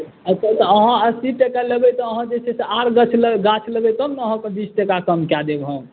अच्छा तऽ अहाँ अस्सी टके लेबै तऽ अहाँ जे छै से आर गाछ लेबै तब ने अहाँकेँ बीस टाका कम कए देब हम